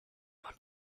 want